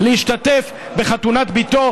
להשתתף בחתונת בתו.